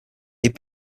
had